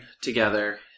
Together